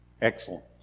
Excellent